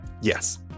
yes